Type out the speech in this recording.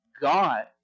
God